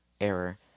error